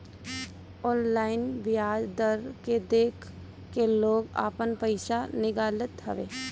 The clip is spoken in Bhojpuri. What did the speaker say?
ऑनलाइन बियाज दर के देख के लोग आपन पईसा निकालत हवे